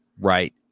Right